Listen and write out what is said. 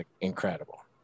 incredible